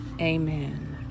Amen